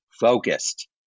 focused